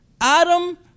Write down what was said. Adam